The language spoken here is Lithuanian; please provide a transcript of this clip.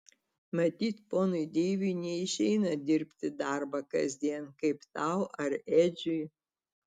matyt ponui deiviui neišeina dirbti darbą kasdien kaip tau ar edžiui